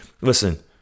listen